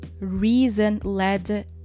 reason-led